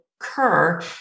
occur